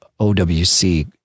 OWC